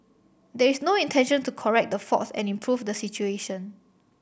there is no intention to correct the faults and improve the situation